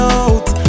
out